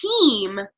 team